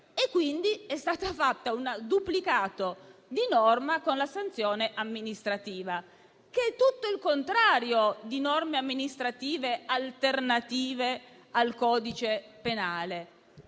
quindi, è stato fatto un duplicato di norma con la sanzione amministrativa e questo è tutto il contrario di norme amministrative alternative al codice penale.